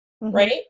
right